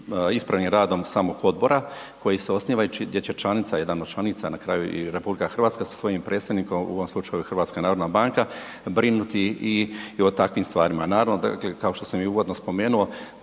ispravnim radom samog odbora koji se osniva i gdje će članica, jedan od članica na kraju i RH sa svojim predstavnikom u ovom slučaju HNB brinuti i o takvim stvarima. Naravno dakle, kao što sam i uvodio spomenuo